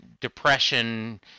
depression